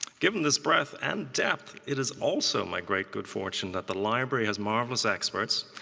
given this breadth and depth, it is also my great good fortune that the library has marvelous experts